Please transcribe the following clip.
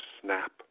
snap